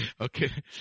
Okay